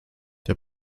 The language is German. der